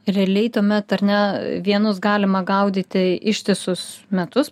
realiai tuomet ar ne vienus galima gaudyti ištisus metus